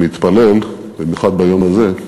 אני מתפלל, במיוחד ביום הזה,